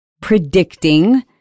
predicting